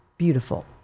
beautiful